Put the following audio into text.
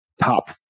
top